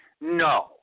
No